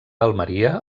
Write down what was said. almeria